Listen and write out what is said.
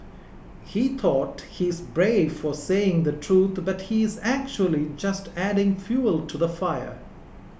he thought he's brave for saying the truth but he is actually just adding fuel to the fire